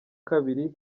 kabiri